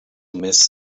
miss